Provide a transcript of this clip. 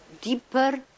deeper